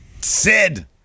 Sid